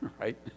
right